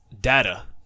data